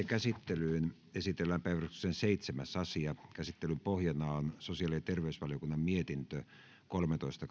käsittelyyn esitellään päiväjärjestyksen seitsemäs asia käsittelyn pohjana on sosiaali ja terveysvaliokunnan mietintö kolmetoista